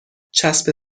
چسب